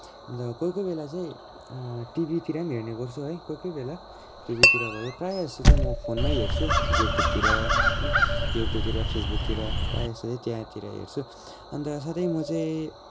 अन्त कोही कोही बेला चाहिँ टिभीतिर पनि हेर्ने गर्छु है कोही कोही बेला टिभीतिर भयो प्रायःजस्तो चाहिँ म फोनमै हेर्छु युट्युबतिर होइन युट्युबतिर फेसबुकतिर प्रायःजस्तो चाहिँ त्यहाँतिर हेर्छु अन्त साथै म चाहिँ